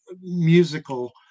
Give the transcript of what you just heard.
musical